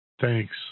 Thanks